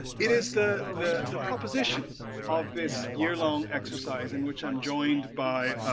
it is the the the proposition of this year-long exercise in which i'm joined by